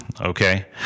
Okay